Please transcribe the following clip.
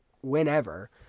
whenever